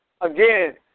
again